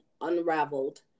unraveled